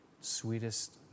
sweetest